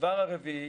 הדבר הרביעי